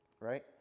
right